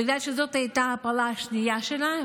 בגלל שזאת הייתה ההפלה השנייה שלה,